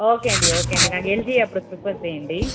okay అండి okay అండి నాకు ఎల్జీ అప్పుడు ప్రిఫర్ చెయ్యండి